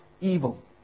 evil